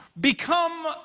become